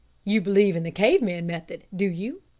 you believe in the cave-man method, do you?